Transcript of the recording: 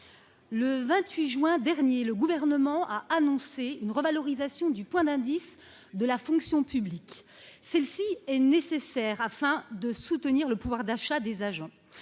Le 28 juin dernier, le Gouvernement a annoncé une revalorisation du point d'indice de la fonction publique. Celle-ci est nécessaire afin de soutenir le pouvoir d'achat des agents.